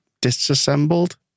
disassembled